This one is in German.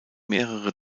mehrere